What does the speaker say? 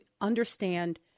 understand